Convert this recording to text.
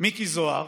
מיקי זוהר,